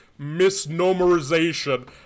misnomerization